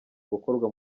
gukorwa